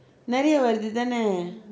நிறைய வருது தானே:niraya varuthu thanae